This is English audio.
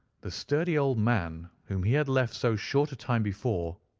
the sturdy old man, whom he had left so short a time before,